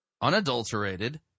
unadulterated